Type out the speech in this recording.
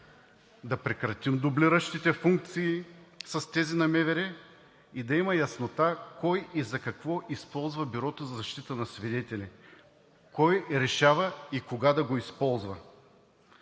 да прекратим дублиращите функции с тези на МВР и да има яснота кой и за какво използва Бюрото за защита на свидетели, кой решава и кога да го използва.